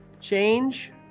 change